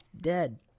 dead